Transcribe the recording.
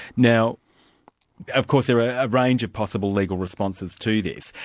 now of course there are a range of possible legal responses to this.